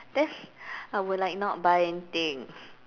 then I would like not buy anything